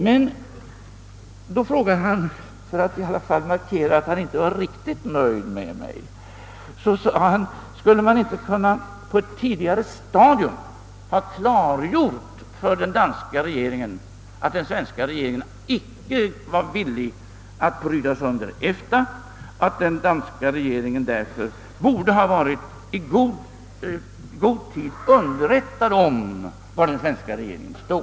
Men så frågade han, för att i alla fall markera att han inte var riktigt nöjd med mig: Skulle man inte på ett tidigare stadium kunnat klargöra för den danska regeringen att den svenska regeringen icke var villig att bryta sönder EFTA? Den danska regeringen borde i god tid ha underrättats om var den svenska regeringen stod.